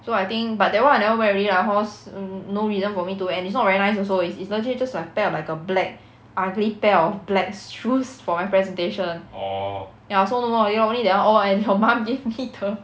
so I think but that [one] I never wear already lah cause no reason for me to and it's not very nice also is is legit just like pair of like a black ugly pair of black shoes for my presentation ya so no more already lor only that [one] oh and your mum gave me the